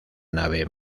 nave